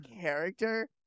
character